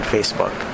Facebook